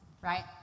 right